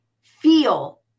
feel